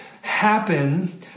happen